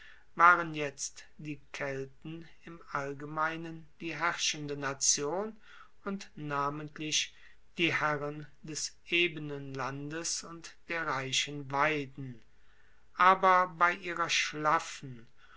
waren jetzt die kelten im allgemeinen die herrschende nation und namentlich die herren des ebenen landes und der reichen weiden aber bei ihrer schlaffen